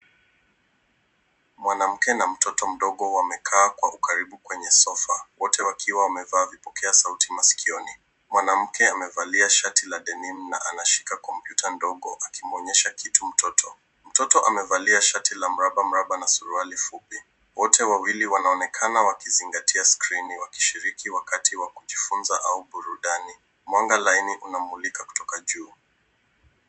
Mwanamke na mtoto mdogo wamekaa kwa ukaribu kwenye sofa. Wote wakiwa wamevaa vipokea sauti masikioni. Mwanamke amevalia shati la denim na anashika kompyuta ndogo akimuonyesha kitu mtoto. Mtoto amevalia shati la mraba mraba na suruali fupi. Wote wawili wanaonekana wakizingatia skrini wakishiriki wakati wa kujifunza au burudani. Mwanga laini unamulika kutoka juu.